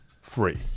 free